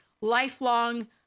lifelong